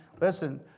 Listen